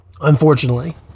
Unfortunately